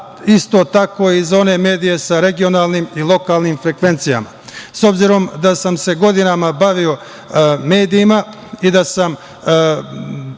isto tako i za one medije sa regionalnim i lokalnim frekvencijama.S obzirom da sam se godinama bavio medijima i da sam